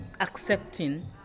accepting